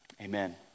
amen